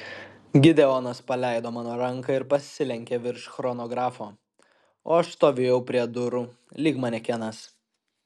gideonas paleido mano ranką ir pasilenkė virš chronografo o aš stovėjau prie durų lyg manekenas